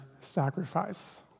sacrifice